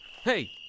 Hey